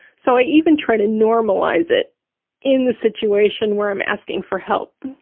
so i even try to normalize it in the situation where i'm asking for help.